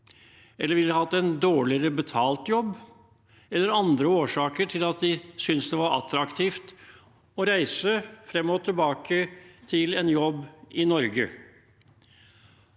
som ville hatt en dårligere betalt jobb, eller av andre årsaker ville synes det var attraktivt å reise frem og tilbake til en jobb i Norge.